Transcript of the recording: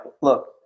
look